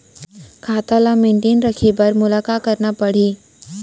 खाता ल मेनटेन रखे बर मोला का करना पड़ही?